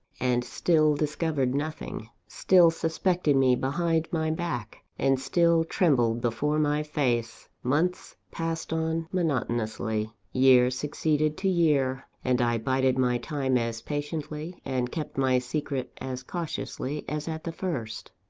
and still discovered nothing still suspected me behind my back, and still trembled before my face. months passed on monotonously, year succeeded to year and i bided my time as patiently, and kept my secret as cautiously as at the first.